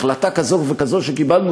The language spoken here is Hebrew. החלטה כזו וכזו שקיבלנו,